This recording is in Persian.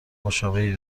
مشابهی